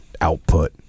output